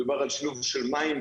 מדובר על שילוב של מים,